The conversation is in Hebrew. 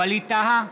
ווליד טאהא,